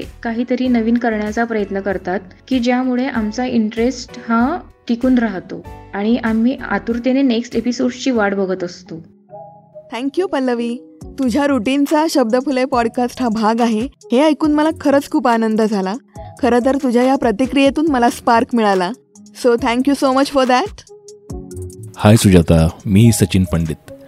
काहीतरी नवीन करण्याचा प्रयत्न करतात, की ज्यामुळे आमचा interest हा टिकून राहतो, आणि आम्ही आतुरतेने next episodeची वाट बघत असतो. thank you, Pallavi. तुझ्या routineचा शब्दफुले पॉडकास्ट हा भाग आहे. हे ऐकून मला खरंच खूप आनंद झाला. खरं तर तुझ्या या प्रतिक्रियेतून मला spark मिळाला. so thank you so much for that. hi Sujata, मी सचिन पंडित.